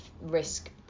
risk